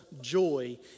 joy